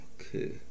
Okay